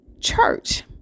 church